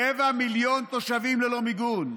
רבע מיליון תושבים ללא מיגון.